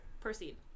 proceed